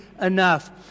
enough